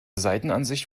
seitenansicht